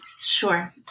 Sure